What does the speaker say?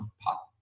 pop